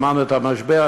שמענו על המשבר.